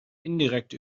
indirekte